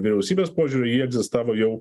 vyriausybės požiūrio ji egzistavo jau